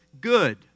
Good